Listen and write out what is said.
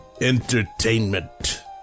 entertainment